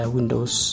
Windows